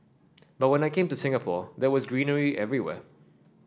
but when I came to Singapore there was greenery everywhere